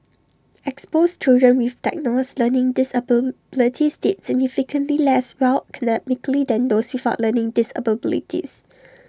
exposed children with diagnosed learning disabilities did significantly less well academically than those without learning disabilities